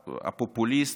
פופוליסט,